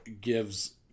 gives